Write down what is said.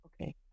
okay